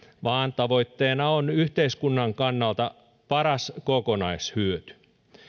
vaan tavoitteena on yhteiskunnan kannalta paras kokonaishyöty